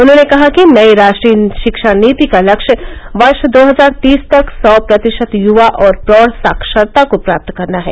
उन्होंने कहा कि नई राष्ट्रीय शिक्षा नीति का लक्ष्य वर्ष दो हजार तीस तक सौ प्रतिशत युवा और प्रौढ़ साक्षरता को प्राप्त करना है